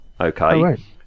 okay